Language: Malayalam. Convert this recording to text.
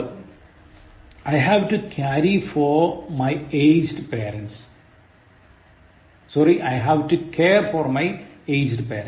പത്ത് I have to care for my aged parents